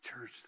Church